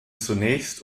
zunächst